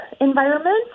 environment